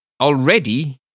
already